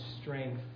strength